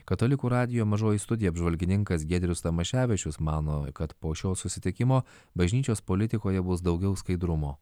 katalikų radijo mažoji studija apžvalgininkas giedrius tamaševičius mano kad po šio susitikimo bažnyčios politikoje bus daugiau skaidrumo